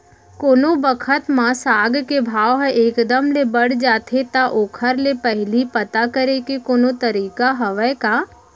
कोनो बखत म साग के भाव ह एक दम ले बढ़ जाथे त ओखर ले पहिली पता करे के कोनो तरीका हवय का?